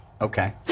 Okay